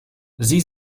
sie